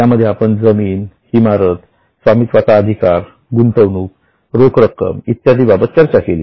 यामध्ये आपण जमीन इमारत स्वामित्वाचा अधिकार गुंतवणूक रोख रक्कम इत्यादी बाबत चर्चा केली